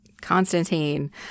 Constantine